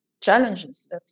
challenges